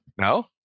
no